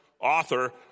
author